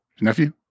nephew